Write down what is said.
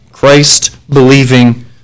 Christ-believing